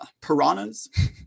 piranhas